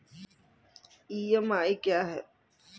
EMI क्या है?